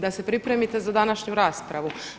Da se pripremite za današnju raspravu.